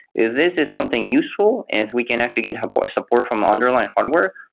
is this is something useful and we can actually get support support from underlying hardware.